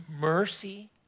mercy